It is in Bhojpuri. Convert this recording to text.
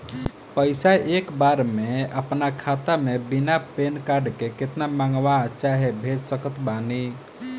पैसा एक बार मे आना खाता मे बिना पैन कार्ड के केतना मँगवा चाहे भेज सकत बानी?